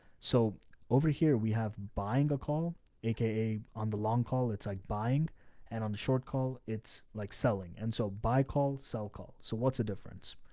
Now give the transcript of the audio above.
so over here, we have buying a call aka on the long call. it's like buying and on the short call, it's like selling. and so buy call, sell call. so what's the difference.